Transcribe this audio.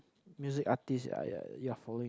music artist you're you're following